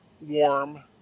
warm